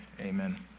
Amen